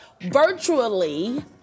virtually